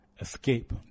Escape